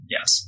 Yes